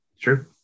True